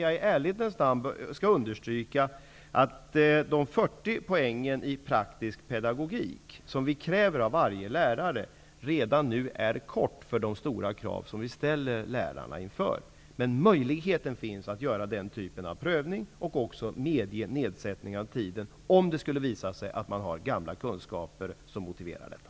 Men i ärlighetens namn vill jag understryka att den 40 poängsutbildning i praktisk pedagogik som krävs av varje lärare redan nu är kort med tanke på de stora krav som lärarna ställs inför. Möjligheten finns alltså att göra nämnda typ av prövning och också att medge en nedsättning av tiden, om det skulle visa sig att det finns gamla kunskaper som motiverar detta.